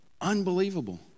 Unbelievable